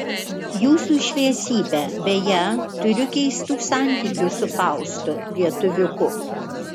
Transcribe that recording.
jūsų šviesybe beje turiu keistų santykių su faustu lietuviuku